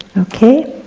okay?